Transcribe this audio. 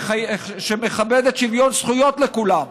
שמכבדת שוויון זכויות לכולם,